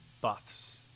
buffs